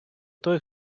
той